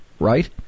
right